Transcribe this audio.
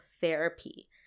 therapy